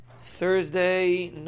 Thursday